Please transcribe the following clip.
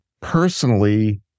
personally